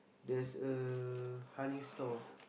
there's a honey store